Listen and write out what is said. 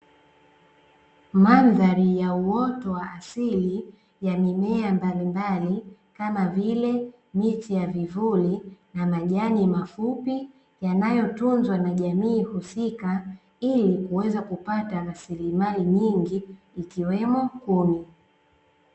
Mandhari ya uoto wa asili ya mimea mbalimbali kama vile: miti ya vivuli, na majani mafupi, yanayotunzwa na jamii husika, ili kuweza kupata rasilimali nyingi, ikiwemo kuni.